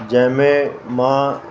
जंहिं में मां